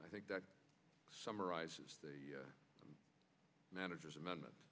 i think that summarizes the manager's amendment